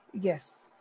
yes